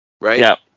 right